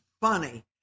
funny